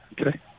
okay